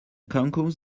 concourse